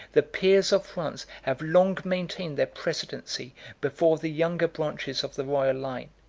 the peers of france have long maintained their precedency before the younger branches of the royal line,